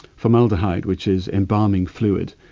formaldehyde, which is embalming fluid.